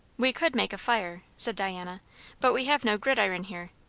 we could make a fire, said diana but we have no gridiron here.